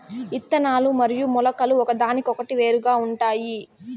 ఇత్తనాలు మరియు మొలకలు ఒకదానికొకటి వేరుగా ఉంటాయి